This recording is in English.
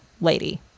lady